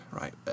right